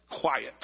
quiet